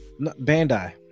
Bandai